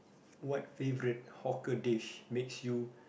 what favorite hawker dish makes you